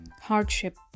hardship